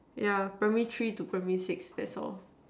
yeah primary three to primary six that's all